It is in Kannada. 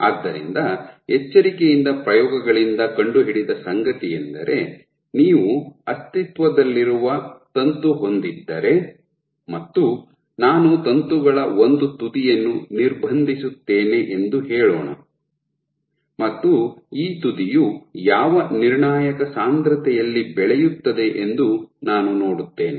ಆದ್ದರಿಂದ ಎಚ್ಚರಿಕೆಯಿಂದ ಪ್ರಯೋಗಗಳಿಂದ ಕಂಡುಹಿಡಿದ ಸಂಗತಿಯೆಂದರೆ ನೀವು ಅಸ್ತಿತ್ವದಲ್ಲಿರುವ ತಂತು ಹೊಂದಿದ್ದರೆ ಮತ್ತು ನಾನು ತಂತುಗಳ ಒಂದು ತುದಿಯನ್ನು ನಿರ್ಬಂಧಿಸುತ್ತೇನೆ ಎಂದು ಹೇಳೋಣ ಮತ್ತು ಈ ತುದಿಯು ಯಾವ ನಿರ್ಣಾಯಕ ಸಾಂದ್ರತೆಯಲ್ಲಿ ಬೆಳೆಯುತ್ತದೆ ಎಂದು ನಾನು ನೋಡುತ್ತೇನೆ